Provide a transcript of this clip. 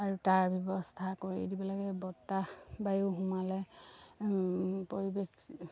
আৰু তাৰ ব্যৱস্থা কৰি দিব লাগে বতাহ বায়ু সোমালে পৰিৱেশ